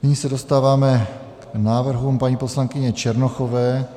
Nyní se dostáváme k návrhům paní poslankyně Černochové.